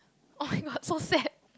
oh-my-god so sad